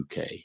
UK